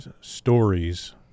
stories